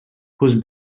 whose